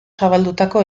zabaldutako